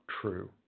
true